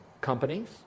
companies